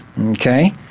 Okay